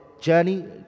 journey